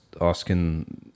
asking